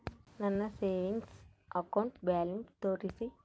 ನನ್ನ savings account balance ತೋರಿಸಿ?